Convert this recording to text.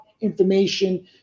information